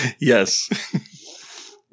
Yes